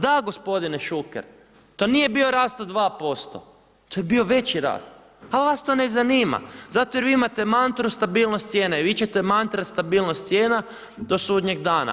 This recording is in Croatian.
Da, gospodine Šuker, to nije bio rast od 2%, to je bio veći rast ali vas to ne zanima zato jer vi imate mantru stabilnost cijena i vičete mantra stabilnost cijena do sudnjeg dana.